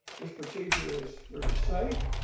this procedure is very safe.